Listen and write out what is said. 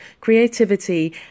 creativity